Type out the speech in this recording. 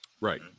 Right